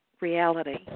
reality